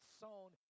sown